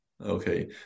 okay